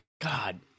God